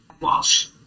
Walsh